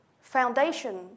foundation